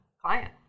client